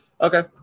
Okay